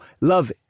Love